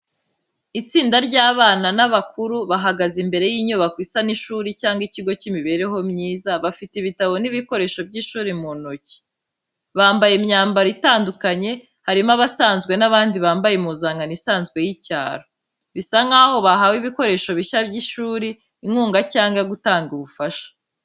Itsinda ry'abana n'abakuru, bahagaze imbere y'inyubako isa n'ishuri cyangwa ikigo cy'imibereho myiza bafite ibitabo n’ibikoresho by’ishuri mu ntoki. Bambaye imyambaro itandukanye, harimo abasanzwe n’abandi bambaye impuzankano isanzwe y’icyaro. Bisa nk’aho bahawe ibikoresho bishya by’ishuri, inkunga cyangwa gutanga ubufasha.